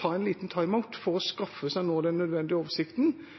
ta en liten «time out» for å skaffe seg den nødvendige oversikten